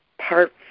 Parts